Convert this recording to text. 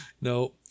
no